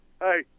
Hey